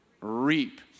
reap